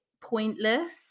pointless